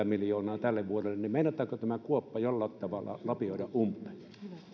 miljoonaa tälle vuodelle meinataanko tämä kuoppa jollain tavalla lapioida umpeen nyt